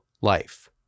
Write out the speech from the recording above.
life